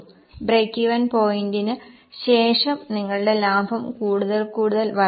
break even പോയിന്റിന് ശേഷം നിങ്ങളുടെ ലാഭം കൂടുതൽ കൂടുതൽ വർദ്ധിക്കും